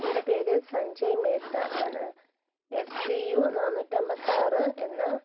എൻ്റെ പേര് സഞ്ജയ് മേത്ത ആണ് എസ് റ്റി യു നാനൂറ്റി അന്പത്തിയാറ് എന്ന